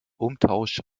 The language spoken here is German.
umtausch